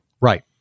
Right